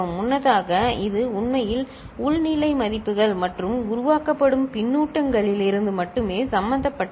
முன்னதாக இது உண்மையில் உள் நிலை மதிப்புகள் மற்றும் உருவாக்கப்படும் பின்னூட்டங்களிலிருந்து மட்டுமே சம்பந்தப்பட்டது